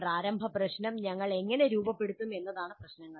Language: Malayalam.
പ്രാരംഭ പ്രശ്നം ഞങ്ങൾ എങ്ങനെ രൂപപ്പെടുത്തും എന്നതാണ് പ്രശ്നങ്ങൾ